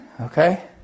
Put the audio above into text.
okay